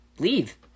leave